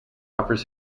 offers